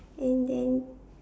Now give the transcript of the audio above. and then